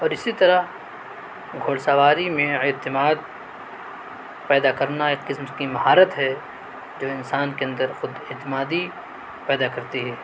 اور اسی طرح گھڑسواری میں اعتماد پیدا کرنا ایک قسم کی مہارت ہے جو انسان کے اندر خود اعتمادی پیدا کرتی ہے